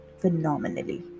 Phenomenally